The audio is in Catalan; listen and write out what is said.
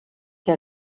que